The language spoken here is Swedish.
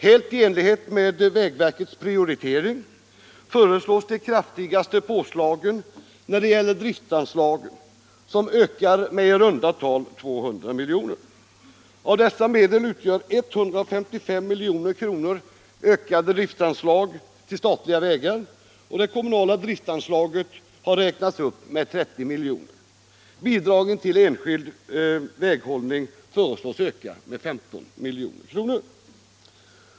Helt i enlighet med vägverkets prioritering föreslås de kraftigaste påslagen när det gäller driftanslagen, som ökar med i runda tal 200 miljoner. Av dessa medel utgör 155 milj.kr. ökade driftanslag till statliga vägar, och det kommunala driftanslaget har räknats upp med 30 milj.kr. Bidragen till enskild väghållning föreslås öka med 15 milj.kr.